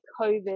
covid